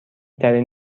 ترین